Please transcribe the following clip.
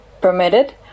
permitted